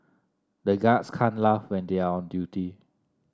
the guards can't laugh when they are on duty